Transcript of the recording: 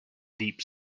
deep